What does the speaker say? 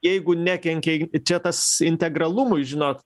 jeigu nekenkia čia tas integralumui žinot